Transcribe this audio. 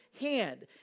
hand